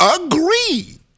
agree